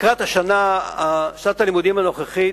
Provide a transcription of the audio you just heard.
לקראת שנת הלימודים הנוכחית,